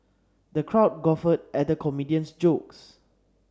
the crowd guffawed at the comedian's jokes